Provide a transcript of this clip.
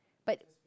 but